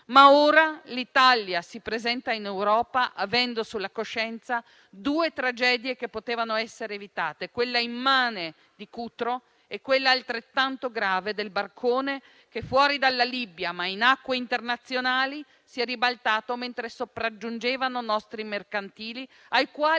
Ora però l'Italia si presenta in Europa avendo sulla coscienza due tragedie che potevano essere evitate; quella immane di Cutro e quella altrettanto grave del barcone che, fuori dalla Libia, ma in acque internazionali, si è ribaltato mentre sopraggiungevano nostri mercantili, ai quali